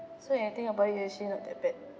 so when you think about it actually not that bad